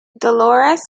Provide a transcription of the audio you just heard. dolores